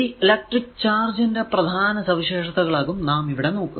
ഈ electric charge ന്റെ പ്രധാന സവിശേഷതകൾ ആകും നാം ഇവിടെ നോക്കുക